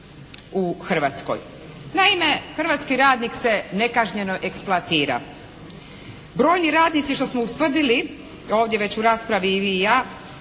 u Hrvatskoj. Naime, hrvatski radnik se nekažnjeno eksploatira. Brojni radnici što smo utvrdili ovdje već u raspravi i vi i ja